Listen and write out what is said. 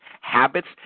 habits